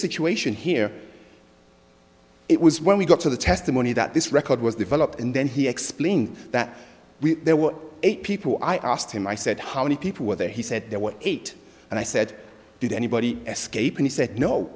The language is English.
situation here it was when we got to the testimony that this record was developed and then he explained that there were eight people i asked him i said how many people were there he said there were eight and i said did anybody ask a pin he said no